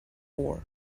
war